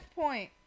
point